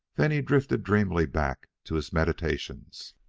then he drifted dreamily back to his meditations.